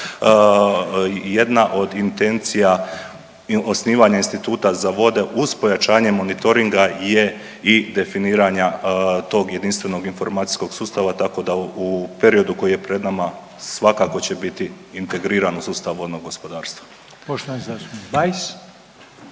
jedna od intencija osnivanja Instituta za vode uz pojačanje monitoringa je i definiranja tog jedinstvenog informacijskog sustava, tako da u periodu koji je pred nama, svakako će biti integriran u sustav vodnog gospodarstva. **Reiner,